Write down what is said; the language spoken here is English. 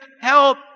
help